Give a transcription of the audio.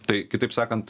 tai kitaip sakant